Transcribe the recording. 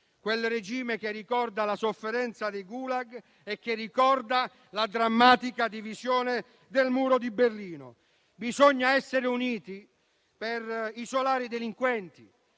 quel regime che ricorda la sofferenza dei gulag e la drammatica divisione del muro di Berlino. Bisogna essere uniti per isolare i delinquenti,